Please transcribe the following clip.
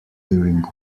during